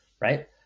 Right